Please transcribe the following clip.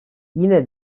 yine